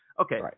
Okay